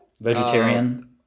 vegetarian